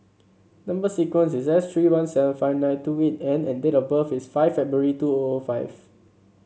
number sequence is S three one seven five nine two eight N and date of birth is five February two O O five